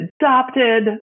adopted